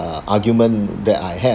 argument that I have